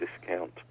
discount